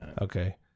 Okay